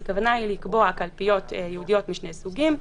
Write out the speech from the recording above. הכוונה היא לקבוע קלפיות ייעודיות משני סוגים,